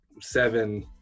seven